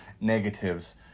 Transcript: negatives